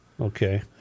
okay